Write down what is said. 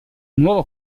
nuova